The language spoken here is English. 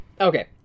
Okay